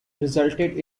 resulted